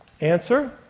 Answer